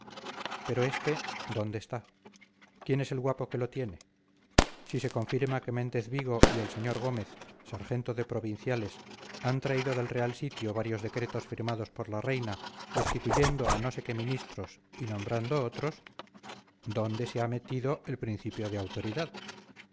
pero este dónde está quién es el guapo que lo tiene si se confirma que méndez vigo y el sr gómez sargento de provinciales han traído del real sitio varios decretos firmados por la reina destituyendo a no sé qué ministros y nombrando otros dónde se ha metido el principio de autoridad